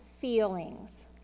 feelings